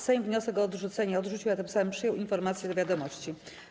Sejm wniosek o odrzucenie odrzucił, a tym samym przyjął informację do wiadomości.